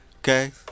okay